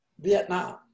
Vietnam